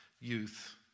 youth